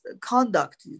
conduct